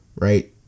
Right